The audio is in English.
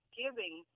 giving